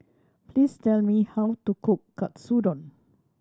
please tell me how to cook Katsudon